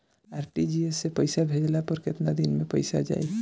RTGS से पईसा भेजला पर केतना दिन मे पईसा जाई?